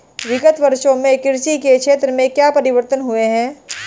विगत वर्षों में कृषि के क्षेत्र में क्या परिवर्तन हुए हैं?